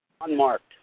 Unmarked